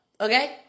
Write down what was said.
okay